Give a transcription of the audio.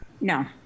No